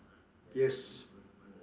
yes